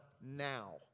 now